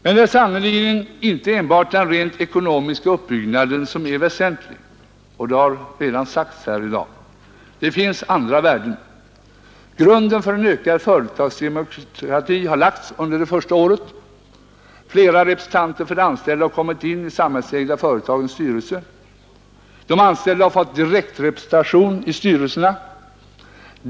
Men det är sannerligen inte enbart den rent ekonomiska uppbyggnaden som är väsentlig — det har redan sagts här i dag. Det finns även andra värden. Grunden för en ökad företagsdemokrati har lagts under det första året. Fler representanter för de anställda har kommit in i de samhällsägda företagens styrelser. De anställda har fått direktrepresentation i styrelser.